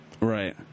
Right